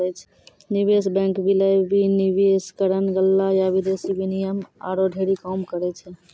निवेश बैंक, विलय, विनिवेशकरण, गल्ला या विदेशी विनिमय आरु ढेरी काम करै छै